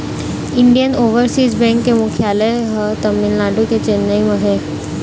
Indian Overseas Bank के मुख्यालय तमिलनाडु के चेन्नई म हे